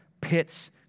pits